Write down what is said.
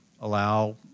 allow